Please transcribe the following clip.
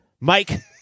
Mike